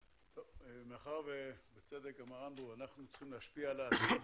אמר אנדרו בצדק שאנחנו צריכים להשפיע על העתיד,